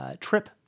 trip